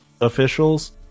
officials